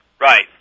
Right